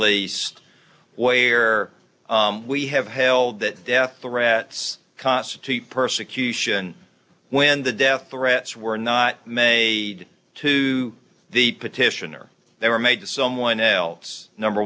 one where we have held that death threats constitute persecution when the death threats were not made to the petitioner they were made to someone else number